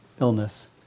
illness